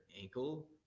ankle